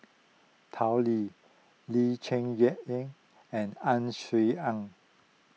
Tao Li Lee Cheng Yan and Ang Swee Aun